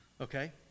Okay